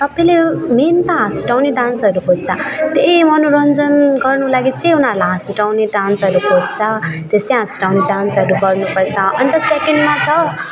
सबले मेन त हाँस उठाउने डान्सहरू खोज्छ त्यही मनोरञ्जन गर्नु लागि चाहिँ उनीहरूलाई हाँस उठाउने डान्सहरू खोज्छ त्यस्तै हाँस उठाउने डान्सहरू गर्नु पर्छ अन्त सेकेन्डमा छ